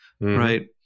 Right